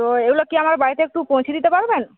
তো এগুলো কি আমার বাড়িতে একটু পৌঁছে দিতে পারবেন